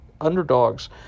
underdogs